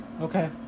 Okay